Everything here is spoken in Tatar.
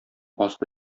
асты